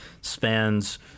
spans